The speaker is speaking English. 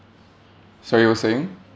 sorry you were saying